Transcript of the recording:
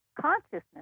consciousness